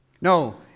No